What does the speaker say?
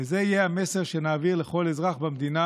וזה יהיה המסר שנעביר לכל אזרח במדינה